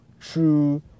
true